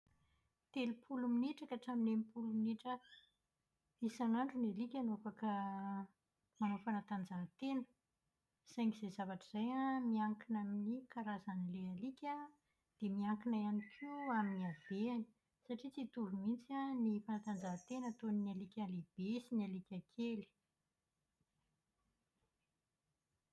Telopolo minitra katramin'ny enimpolo minitra isanandro ny alika no afaka manao fanatanjahantena. Saingy izay zavatra izay an, miankina amin'ny karazan'ilay alika dia miankina ihany koa amin'ny habeny. Satria tsy hitovy mihitsy an ny fanatanjahantena ataon'ny alika lehibe sy ny alika kely.